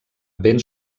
ben